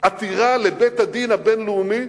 עתירה לבית הדין הבין-לאומי.